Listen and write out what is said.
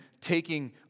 taking